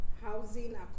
housing